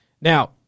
Now